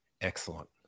Excellent